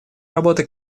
работы